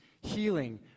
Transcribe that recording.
healing